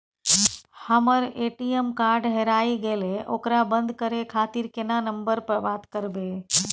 हमर ATM card हेराय गेले ओकरा बंद करे खातिर केना नंबर पर बात करबे?